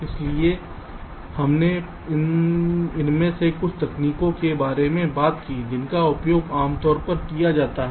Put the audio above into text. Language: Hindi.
इसलिए हमने इनमें से कुछ तकनीकों के बारे में बात की है जिनका उपयोग आमतौर पर किया जाता है